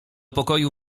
pokoju